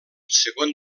segon